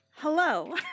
Hello